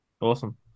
awesome